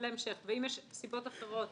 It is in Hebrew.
יש סיבות אחרות